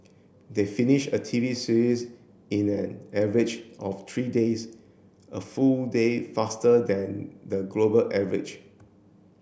they finish a T V series in an average of three days a full day faster than the global average